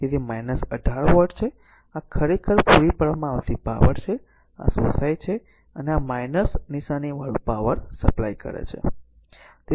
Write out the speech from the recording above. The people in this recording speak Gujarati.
તેથી તે 18 વોટ છે આ તે છે જે ખરેખર દ્વારા પૂરી પાડવામાં આવેલી પાવર છે આ શોષાય છે અને આ નિશાની વાળું પાવર સપ્લાય કરે છે